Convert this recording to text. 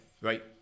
right